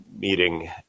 meeting